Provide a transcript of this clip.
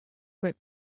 grip